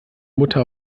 mutter